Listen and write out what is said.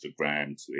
Instagram